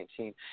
2019